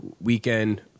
weekend